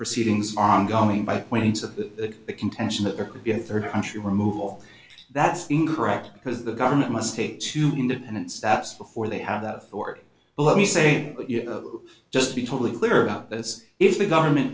proceedings ongoing by pointing to the contention that there could be a third country removal that's incorrect because the government must pay to be independent steps before they have that authority but let me say just be totally clear about this if the government